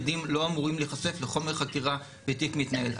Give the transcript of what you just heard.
עדים לא אומרים להיחשף לחומר חקירה בתיק מתנהל,